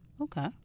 okay